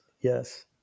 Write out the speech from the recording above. Yes